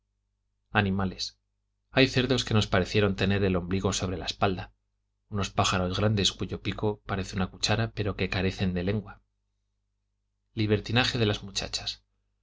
animales hay cerdos que nos parecieron tener el ombligo sobre la espalda unos pájaros grandes cuyo pico parece una cuchara pero que carecen de lengua libertinaje de las muchachas